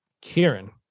Kieran